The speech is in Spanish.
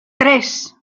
tres